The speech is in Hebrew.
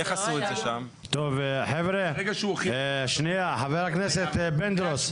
חבר הכנסת פינדרוס,